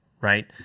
right